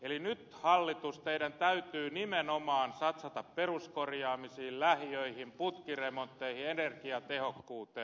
eli nyt hallitus teidän täytyy nimenomaan satsata peruskorjaamiseen lähiöihin putkiremontteihin energiatehokkuuteen